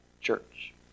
church